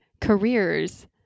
careers